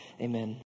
Amen